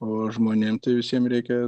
o žmonėm visiem reikia